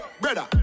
brother